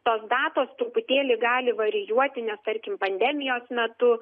tos datos truputėlį gali varijuoti nes tarkim pandemijos metu